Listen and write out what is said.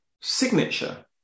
signature